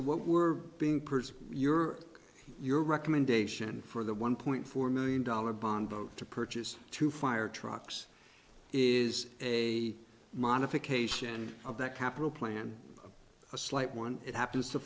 so what we're being pretty your your recommendation for the one point four million dollars bond both to purchase two firetrucks is a modification of that capital plan a slight one it happens to